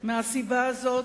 מהסיבה הזאת,